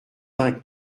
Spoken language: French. vingt